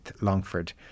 Longford